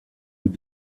with